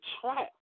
trap